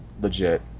legit